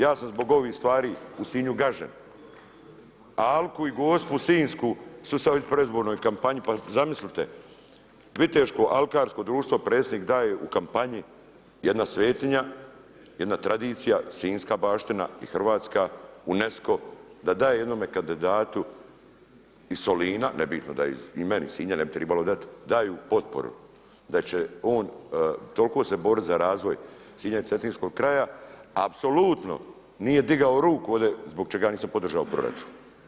Ja sam zbog ovih stvari u Sinju gažen, a alku i Gospu Sinjsku su … predizbornoj kampanji, pa zamislite Viteško alkarsko društvo predsjednik daje u kampanji jedna svetinja, jedna tradicija sinjska baština i hrvatska, UNESCO da daje jednome kandidatu iz Solina, nebitno da je i meni iz Sinja ne bi trebalo dat, daju potporu da će on toliko se boriti za razvoj Sinja i cetinskog kraja, apsolutno nije digao ruku ovdje zbog čega ja nisam podržao proračun.